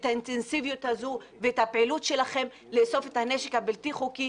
את האינטנסיביות הזו ואת הפעילות שלכם לאסוף את הנשק הבלתי חוקי